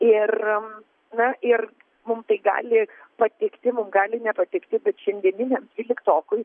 ir na ir mum tai gali patikti mum gali nepatikti bet šiandieniniam dvyliktokui